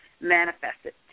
manifested